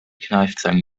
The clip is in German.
kneifzange